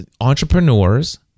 entrepreneurs